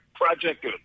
project